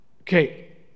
Okay